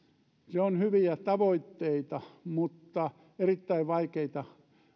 ne ovat hyviä tavoitteita mutta erittäin vaikeita